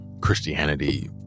Christianity